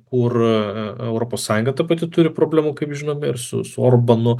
kur europos sąjunga ta pati turi problemų kaip žinome ir su orbanu